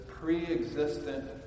pre-existent